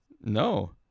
No